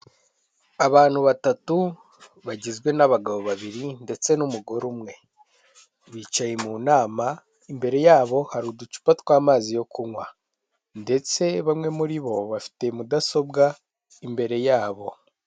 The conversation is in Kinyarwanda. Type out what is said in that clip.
Abantu batatu bagizwe n'abagabo babiri ndetse n'umugore umwe, bicaye mu nama imbere yabo hari uducupa tw'amazi yo kunywa, ndetse bamwe muri bo bafite mudasobwa imbere yabo.